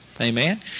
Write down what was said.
Amen